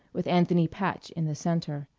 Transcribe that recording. with anthony patch in the centre.